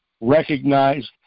recognized